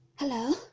Hello